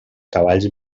cavalls